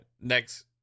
Next